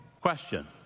question